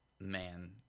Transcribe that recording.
man